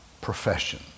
profession